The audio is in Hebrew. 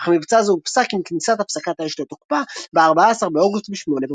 אך מבצע זה הופסק עם כניסת הפסקת האש לתוקפה ב-14 באוגוסט בשמונה בבוקר.